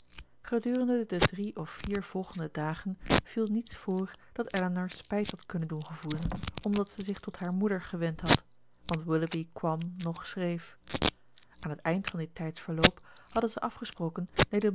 gedurende de drie of vier volgende dagen viel niets voor dat elinor spijt had kunnen doen gevoelen omdat zij zich tot hare moeder gewend had want willoughby kwam noch schreef aan het eind van dit tijdsverloop hadden zij afgesproken